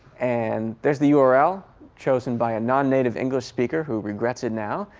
and there's the yeah url chosen by a non-native english speaker who regrets it now.